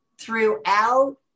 throughout